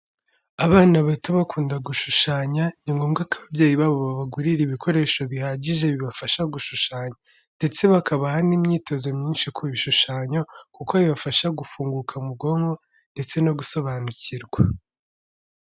Abana bato bakunda gushushanya, ni ngombwa ko ababyeyi babo babagurira ibikoresho bihagije bibafasha gushushanya, ndetse bakabaha n’imyitozo myinshi ku bishushanyo, kuko bibafasha gufunguka mu bwonko ndetse no gusobanukirwa.